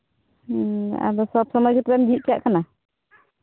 ᱟᱫᱚ ᱥᱚᱵ ᱥᱚᱢᱚᱭ ᱜᱮ ᱛᱚᱵᱮᱢ ᱡᱷᱤᱡ ᱠᱟᱜ ᱠᱟᱱᱟ